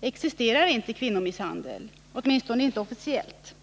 existerar inte kvinnomisshandel — åtminstone inte officiellt.